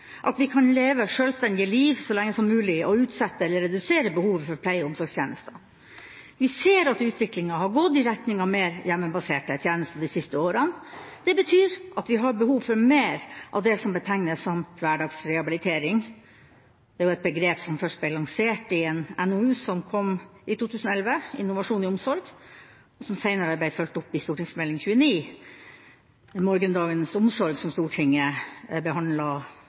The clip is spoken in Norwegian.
at vi kan leve selvstendige liv så lenge som mulig, og utsette eller redusere behovet for pleie- og omsorgstjenester. Vi ser at utviklinga har gått i retning av mer hjemmebaserte tjenester de siste årene. Det betyr at vi har behov for mer av det som betegnes som hverdagsrehabilitering. Det er et begrep som først ble lansert i NOU 2011:11, Innovasjon i omsorg, og som seinere ble fulgt opp i Meld. St. 29 for 2012–2013 Morgendagens omsorg, som Stortinget